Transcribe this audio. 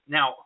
Now –